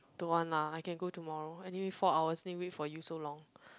don't want lah I can go tomorrow anyway four hours need wait for you so long